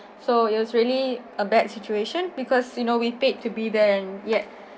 so it was really a bad situation because you know we paid to be there and yet